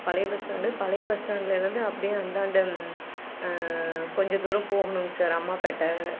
பழைய bus stand பழைய bus ஸ்டாண்ட்டிலேருந்து அப்படியே அந்தாண்ட கொஞ்ச தூரம் போகணுங்க சார் அம்மாபேட்டை